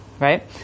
right